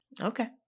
Okay